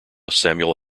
samuel